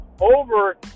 over